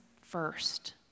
first